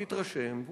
תתרשם,